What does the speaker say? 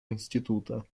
института